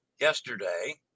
yesterday